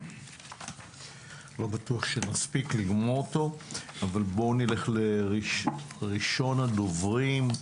לא בטוח שנספיק לגמור אותו אבל בואו נלך לראשון הדוברים.